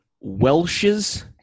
Welsh's